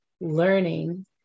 learning